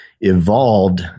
evolved